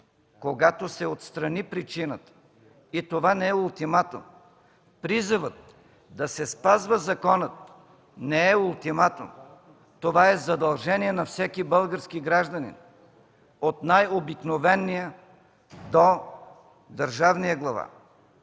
когато се отстрани причината. Това не е ултиматум. Призивът да се спазва законът не е ултиматум. Това е задължение на всеки български гражданин – от най-обикновения до Държавния глава.